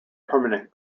permanent